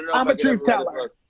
yeah um a truth teller.